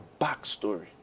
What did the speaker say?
backstory